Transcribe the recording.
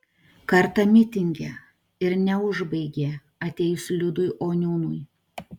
kartą mitinge ir neužbaigė atėjus liudui oniūnui